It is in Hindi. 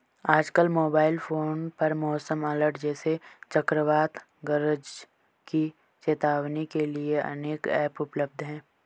आजकल मोबाइल फोन पर मौसम अलर्ट जैसे चक्रवात गरज की चेतावनी के लिए अनेक ऐप उपलब्ध है